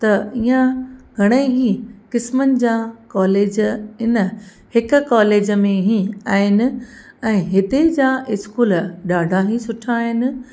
इ ईंअ घणेई ही किस्मनि जा कॉलेज आहिनि हिक कॉलेज में ही आहिनि ऐं हिते जा स्कूल ॾाढा ई सुठा आहिनि